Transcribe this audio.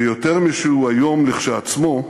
ויותר משהוא איום כשלעצמו,